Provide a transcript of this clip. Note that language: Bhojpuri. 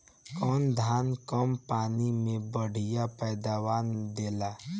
कौन धान कम पानी में बढ़या पैदावार देला?